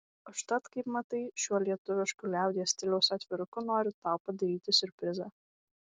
užtat kaip matai šiuo lietuvišku liaudies stiliaus atviruku noriu tau padaryti siurprizą